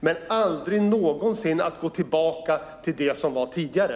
Vi får dock aldrig någonsin gå tillbaka till det som var tidigare.